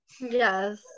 Yes